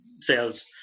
sales